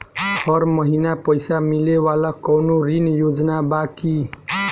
हर महीना पइसा मिले वाला कवनो ऋण योजना बा की?